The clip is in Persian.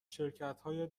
شرکتهای